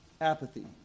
Apathy